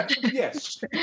Yes